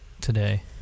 today